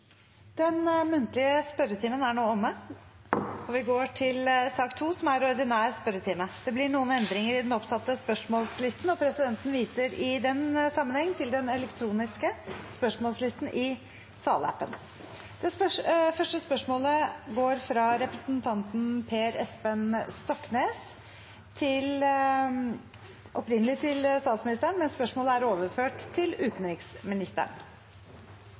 Den muntlige spørretimen er nå omme. Det blir noen endringer i den oppsatte spørsmålslisten, og presidenten viser i den sammenheng til den elektroniske spørsmålslisten i salappen. Endringene var som følger: Spørsmål 1, fra representanten Per Espen Stoknes til statsministeren, er overført til utenriksministeren. Spørsmål 4, fra representanten Kjersti Toppe til justis- og beredskapsministeren, er trukket tilbake. Spørsmål 5, fra representanten Arild Grande til